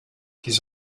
his